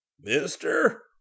Mister